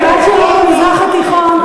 לקראת שלום במזרח התיכון,